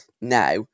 now